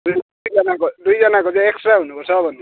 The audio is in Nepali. दुई दुईजनाको दुईजनाको चाहिँ एक्स्ट्रा हुनु पर्छ भनिदिनु